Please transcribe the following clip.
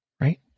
Right